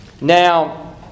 Now